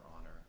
Honor